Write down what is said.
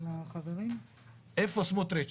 איפה סמוטריץ',